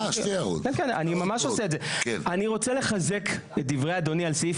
אני רוצה לחזק את דברי אדוני על סעיף